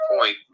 point